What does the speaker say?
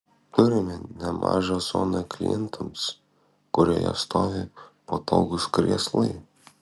turime nemažą zoną klientams kurioje stovi patogūs krėslai